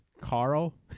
Carl